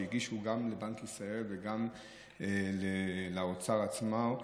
שהגישו גם לבנק ישראל וגם לאוצר עצמו,